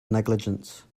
negligence